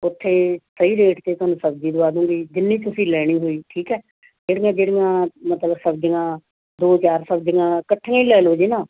ਉੱਥੇ ਸਹੀ ਰੇਟ 'ਤੇ ਤੁਹਾਨੂੰ ਸਬਜ਼ੀ ਦਵਾ ਦੂੰਗੀ ਜਿੰਨੀ ਤੁਸੀਂ ਲੈਣੀ ਹੋਈ ਠੀਕ ਹੈ ਜਿਹੜੀਆਂ ਜਿਹੜੀਆਂ ਮਤਲਬ ਸਬਜ਼ੀਆਂ ਦੋ ਚਾਰ ਸਬਜ਼ੀਆਂ ਇਕੱਠੀਆਂ ਹੀ ਲੈ ਲਓ ਜੀ